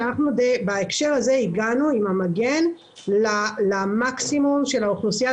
בהקשר הזה הגענו עם המגן למקסימום האוכלוסייה,